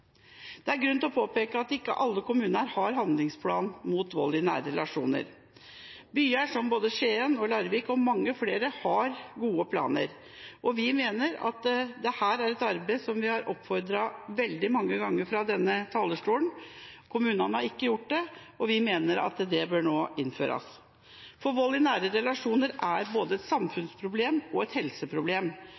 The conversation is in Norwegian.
Det er grunn til å påpeke at ikke alle kommuner har handlingsplan mot vold i nære relasjoner. Byer som Skien og Larvik og mange flere har gode planer. Vi mener at vi har oppfordret veldig mange ganger fra denne talerstolen til at dette arbeidet blir gjort. Kommunene har ikke gjort det, og vi mener at det nå bør gjøres. Vold i nære relasjoner er både et samfunnsproblem og et helseproblem,